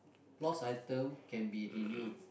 lost item can be renewed